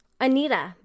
Anita